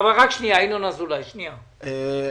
עמוס,